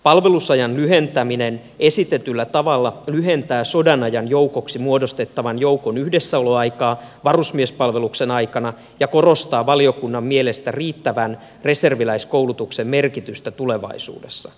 palvelusajan lyhentäminen esitetyllä tavalla lyhentää sodan ajan joukoksi muodostettavan joukon yhdessäoloaikaa varusmiespalveluksen aikana ja korostaa valiokunnan mielestä riittävän reserviläiskoulutuksen merkitystä tulevaisuudessa